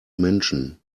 menschen